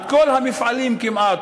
את כל המפעלים כמעט,